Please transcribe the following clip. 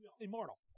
immortal